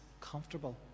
comfortable